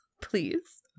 please